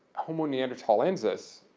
homo neanderthalensis,